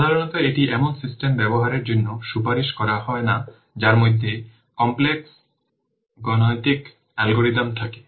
সাধারণত এটি এমন সিস্টেমে ব্যবহারের জন্য সুপারিশ করা হয় না যার মধ্যে কমপ্লেক্স গাণিতিক অ্যালগরিদম থাকে